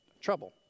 trouble